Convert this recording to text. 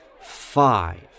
five